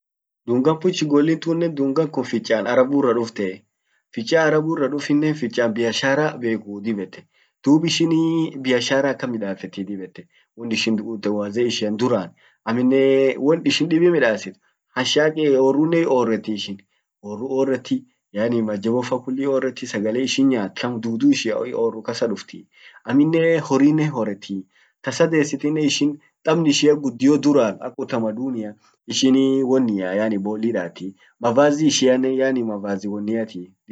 Dungan portugal inen tunnen dungan tun fichan araburra dufte, fichan araburra dufinnen, fichan biashara beku dib ete. Dub ishin biashara akan midafetti dib ete wazee ishian duran .amminen won ishin dibi midassit hanshak orrunen hirreti. orru orreti yaani majabofa kulli hioretti, sagale ishin nyaat tan dudu ishia orru kasa duftii. amminen horrinen horreti, tasadesitinnen, ishin tabn ishian guddio duran utamadunia, ishin wonnia yaani bolli daati. mavazi ishian yaani mavazi wonniati dib ete kaishin mavazi ishin kabd.